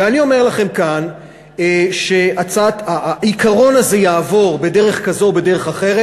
ואני אומר לכם כאן שהעיקרון הזה יעבור בדרך כזו או בדרך אחרת,